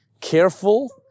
careful